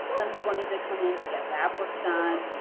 some people need to come in to get lab work done,